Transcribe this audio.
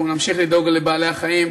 אנחנו נמשיך לדאוג לבעלי-החיים,